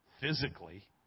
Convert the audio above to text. physically